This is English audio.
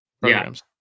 programs